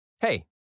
Hey